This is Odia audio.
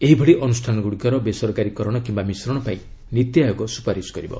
ଏହିଭଳି ଅନୁଷ୍ଠାନଗୁଡ଼ିକର ବେସରକାରୀ କରଣ କିମ୍ବା ମିଶ୍ରଣ ପାଇଁ ନୀତିଆୟୋଗ ସୁପାରିଶ କରିବ